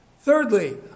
thirdly